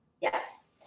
Yes